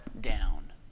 down